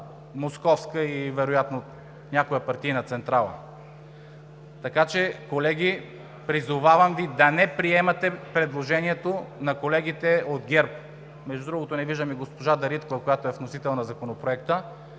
„Московска“ и вероятно някоя партийна централа. Колеги, призовавам Ви да не приемате предложението на колегите от ГЕРБ. Между другото, не виждам и госпожа Дариткова, която е вносител на Законопроекта.